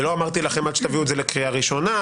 זה לא אמרתי לכם עד שתביאו את זה לקריאה ראשונה,